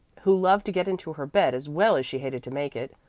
who loved to get into her bed as well as she hated to make it,